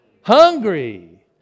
hungry